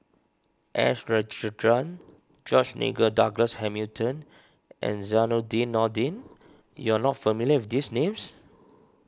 S Rajendran George Nigel Douglas Hamilton and Zainudin Nordin you are not familiar with these names